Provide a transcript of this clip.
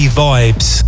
vibes